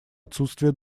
отсутствие